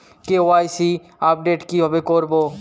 KYC update কিভাবে করবো?